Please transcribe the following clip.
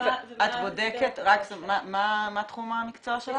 מה תחום המקצוע שלך?